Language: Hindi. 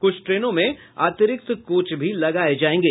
कुछ ट्रेनों में अतिरिक्त कोच भी लगाये जायेंगे